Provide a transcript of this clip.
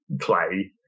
play